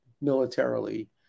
militarily